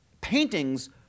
paintings